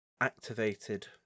activated